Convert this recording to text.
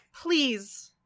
Please